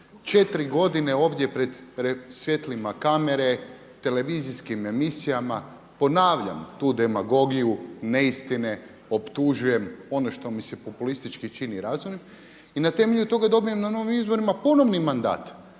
četiri godine ovdje pred svjetlima kamere, televizijskim emisijama ponavljam tu demagogiju, neistine, optužujem ono što mi se populističkim čini razumnim. I na temelju toga dobijem na novim izborima ponovni mandat,